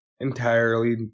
entirely